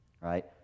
Right